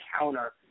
encounter